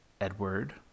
Edward